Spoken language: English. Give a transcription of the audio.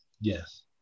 yes